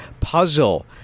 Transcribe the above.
puzzle